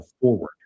forward